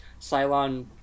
Cylon